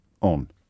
on